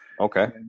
okay